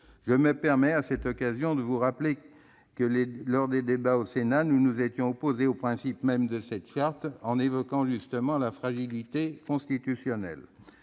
Je me permets, à cette occasion, de vous rappeler que, lors de l'examen du texte par le Sénat, nous nous étions opposés au principe même de cette charte, en évoquant justement sa fragilité constitutionnelle.